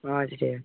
আচ্ছা ঠিক আছে